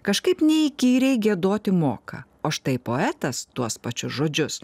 kažkaip neįkyriai giedoti moka o štai poetas tuos pačius žodžius